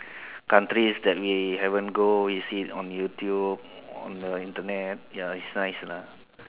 countries that we haven't go we see it on YouTube on the Internet ya it's nice lah